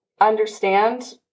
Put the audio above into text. understand